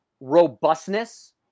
robustness